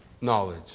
knowledge